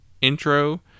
intro